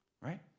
Right